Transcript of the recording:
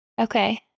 Okay